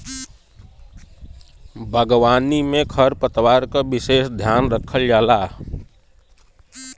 बागवानी में खरपतवार क विसेस ध्यान रखल जाला